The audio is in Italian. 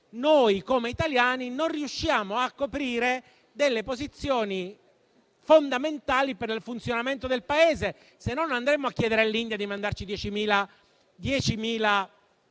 noi, come italiani, non riusciamo a coprire delle posizioni fondamentali per il funzionamento del Paese. Se così non fosse, non andremmo a chiedere all'India di mandarci 10.000 infermieri.